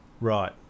Right